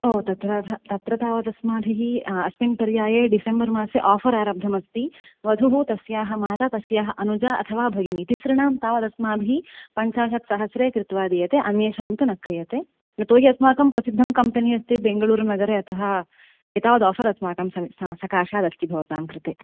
ओ तत्र तत्र तावत् अस्माभिः अस्मिन् पर्याये डिसेम्बर् मासे आफ़र् आरब्धमस्ति वधूः तस्याः माता तस्याः अनुजा अथवा भगिनी तिसॄणां तावदस्माभिः पञ्चाशत् सहस्रे कृत्वा दीयते अन्येषां तु न क्रियते यतो हि अस्माकं प्रसिद्धं कम्पेनि अस्ति बेङ्गलूरु नगरे अतः एतावत् आफ़र् अस्माकं सकाशात् आस्ति भवतां कृते